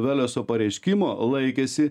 veleso pareiškimo laikėsi